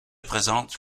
présente